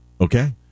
Okay